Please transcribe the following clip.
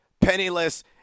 penniless